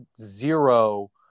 zero